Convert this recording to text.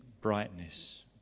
brightness